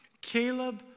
Caleb